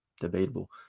Debatable